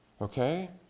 okay